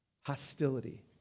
Hostility